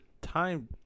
time